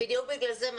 בדיוק בגלל זה,